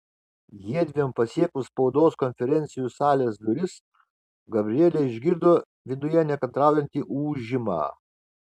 jiedviem pasiekus spaudos konferencijų salės duris gabrielė išgirdo viduje nekantraujantį ūžimą